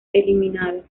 eliminado